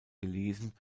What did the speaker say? gelesen